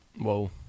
Whoa